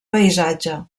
paisatge